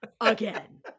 again